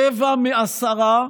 רבע מעשרה,